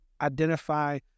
identify